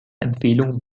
empfehlung